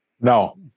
No